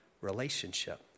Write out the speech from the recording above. relationship